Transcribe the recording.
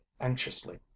anxiously